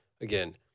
Again